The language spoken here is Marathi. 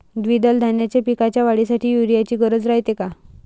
द्विदल धान्याच्या पिकाच्या वाढीसाठी यूरिया ची गरज रायते का?